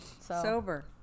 Sober